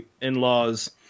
in-laws